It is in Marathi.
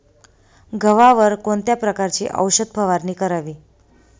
गव्हावर कोणत्या प्रकारची औषध फवारणी करावी?